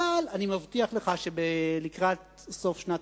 אבל אני מבטיח לך שלקראת סוף שנת